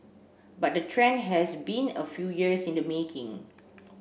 but the trend has been a few years in the making